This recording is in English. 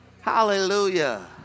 Hallelujah